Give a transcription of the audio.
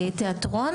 תיאטרון